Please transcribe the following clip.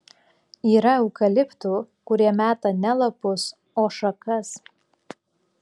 yra eukaliptų kurie meta ne lapus o šakas